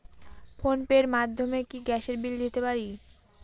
Phone pay র মাধ্যমে কি গ্যাসের বিল দিতে পারি?